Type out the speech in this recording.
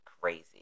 crazy